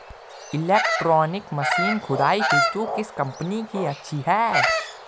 Electronic machine खुदाई हेतु किस कंपनी की अच्छी है?